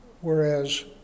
whereas